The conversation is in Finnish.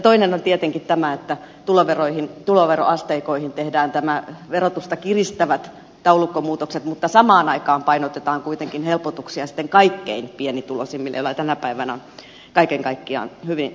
toinen on tietenkin tämä että tuloveroasteikoihin tehdään verotusta kiristävät taulukkomuutokset mutta samaan aikaan painotetaan kuitenkin helpotuksia kaikkein pienituloisimmille joilla tänä päivänä on kaiken kaikkiaan hyvin vaikeaa